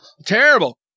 Terrible